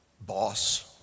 boss